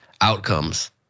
outcomes